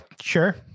Sure